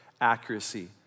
accuracy